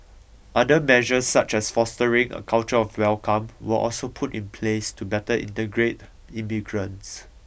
other measures such as fostering a culture of welcome were also put in place to better integrate immigrants